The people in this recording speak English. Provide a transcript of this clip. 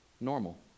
normal